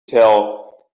tell